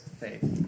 faith